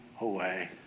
away